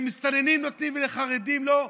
למסתננים נותנים ולחרדים לא,